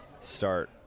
start